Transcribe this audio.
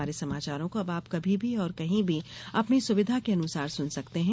हमारे समाचारों को अब आप कभी भी और कहीं भी अपनी सुविधा के अनुसार सुन सकते हैं